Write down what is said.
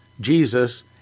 Jesus